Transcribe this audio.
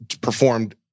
performed